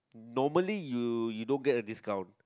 normally you you don't get a discount